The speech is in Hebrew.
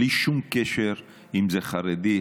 בלי שום קשר אם זה חרדי,